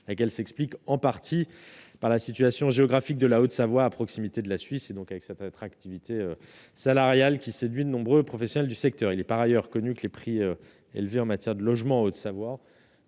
qu'elle s'explique en partie par la situation géographique de la Haute-Savoie, à proximité de la Suisse, et donc avec cette attractivité salariale qui séduit de nombreux professionnels du secteur, il est par ailleurs connu que les prix élevés en matière de logement en Haute-Savoie,